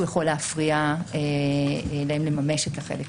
יכול להפריע להם לממש את החלק הזה.